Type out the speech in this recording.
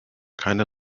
keiner